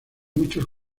muchos